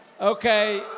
Okay